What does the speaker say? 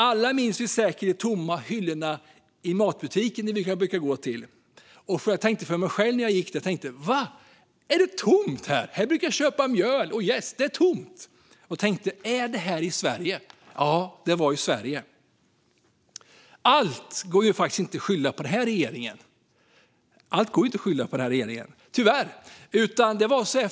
Alla minns vi säkert de tomma hyllorna i matbutikerna. Jag tänkte för mig själv: Är det tomt här?! Här brukar jag köpa mjöl och jäst - nu är det tomt! Är det här i Sverige? tänkte jag. Ja, det var i Sverige. Allt går tyvärr inte att skylla på den här regeringen.